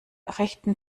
rechten